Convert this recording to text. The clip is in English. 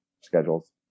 schedules